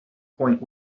point